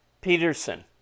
Peterson